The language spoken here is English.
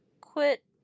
quit